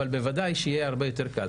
אבל בוודאי שיהיה יותר קל.